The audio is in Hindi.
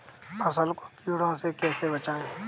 फसल को कीड़ों से कैसे बचाएँ?